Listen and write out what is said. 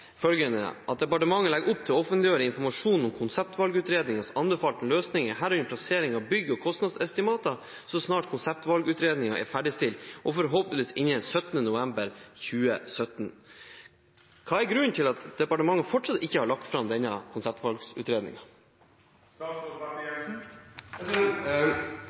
at «departementet legger opp til å offentliggjøre informasjon om konseptvalgutredningens anbefalte løsning – herunder plassering av bygg og kostnadsestimater – så snart konseptvalgutredningen er ferdigstilt, og forhåpentligvis innen 17. november 2017». Hva er grunnen til at departementet fortsatt ikke har lagt fram